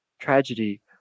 tragedy